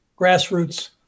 grassroots